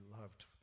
loved